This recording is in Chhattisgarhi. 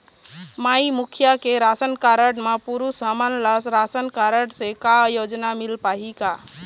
माई मुखिया के राशन कारड म पुरुष हमन ला रासनकारड से का योजना मिल पाही का?